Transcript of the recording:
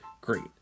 great